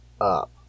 up